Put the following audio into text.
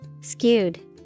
Skewed